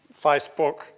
Facebook